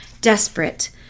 Desperate